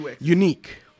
Unique